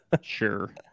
Sure